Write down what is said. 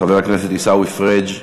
חבר הכנסת עיסאווי פריג',